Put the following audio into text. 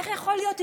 איך יכול להיות?